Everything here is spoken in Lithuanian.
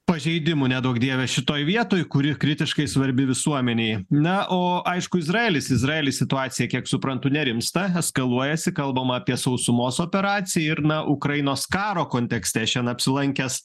pažeidimų neduok dieve šitoj vietoj kuri kritiškai svarbi visuomenei na o aišku izraelis izraely situacija kiek suprantu nerimsta eskaluojasi kalbama apie sausumos operaciją ir na ukrainos karo kontekste šian apsilankęs